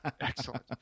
excellent